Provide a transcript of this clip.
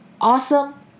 awesome